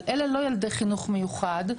אבל אלה לא ילדי חינוך מיוחד,